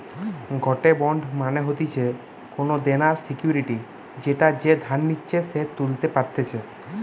গটে বন্ড মানে হতিছে কোনো দেনার সিকুইরিটি যেটা যে ধার নিচ্ছে সে তুলতে পারতেছে